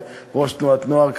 וראש תנועת נוער,